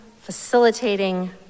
facilitating